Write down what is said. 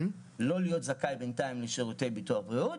שבינתיים הוא לא זכאי לשירותי ביטוח בריאות,